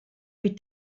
mit